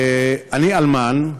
אני אלמן,